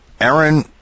Aaron